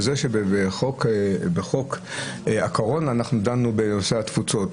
זה שלמשל בחוק הקורונה אנחנו דנו בנושא התפוצות.